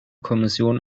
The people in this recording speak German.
kommission